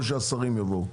או שהשרים יבואו